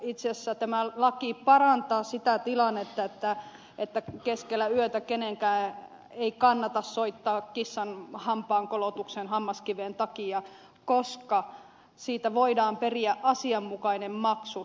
itse asiassa tämä laki parantaa sitä tilannetta että keskellä yötä kenenkään ei kannata soittaa kissan hampaankolotuksen hammaskiven takia koska siitä voidaan periä asianmukainen maksu